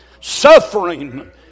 suffering